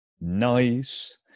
Nice